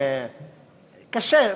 קשה,